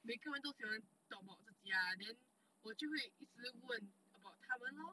每个人都喜欢 talk about 自己 ah then 我就会一直问 about 他们 lor